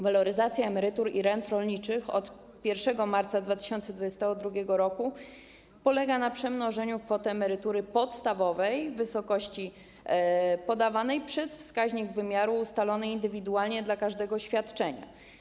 Waloryzacja emerytur i rent rolniczych od 1 marca 2022 r. polega na przemnożeniu kwoty emerytury podstawowej w wysokości podawanej przez wskaźnik wymiaru ustalony indywidualnie dla każdego świadczenia.